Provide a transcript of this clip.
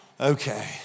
Okay